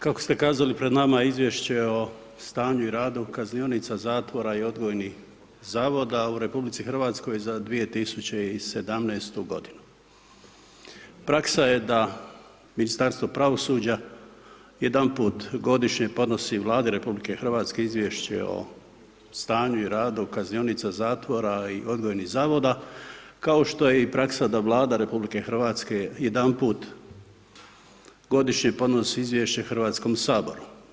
Kako ste kazali, pred nama je Izvješće o stanju i radu kaznionica, zatvora i odgojnih zavoda u RH za 2017. g. Praksa je da Ministarstvo pravosuđa jedanput godišnje podnosi Vladi RH Izvješće o stanju i radu kaznionica, zatvora i odgojnih zavoda kao što je i praksa da Vlada RH jedanput godišnje podnosi izvješće Hrvatskom saboru.